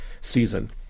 season